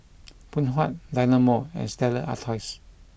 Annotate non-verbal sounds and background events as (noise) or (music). (noise) Phoon Huat Dynamo and Stella Artois